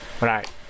right